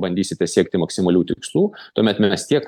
bandysite siekti maksimalių tikslų tuomet mes tiek